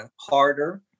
harder